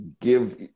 give